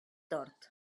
hort